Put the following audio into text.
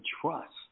trust